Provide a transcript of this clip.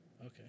Okay